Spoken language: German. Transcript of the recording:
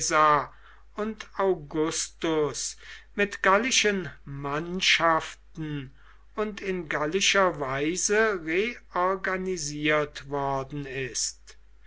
und augustus mit gallischen mannschaften und in gallischer weise reorganisiert worden ist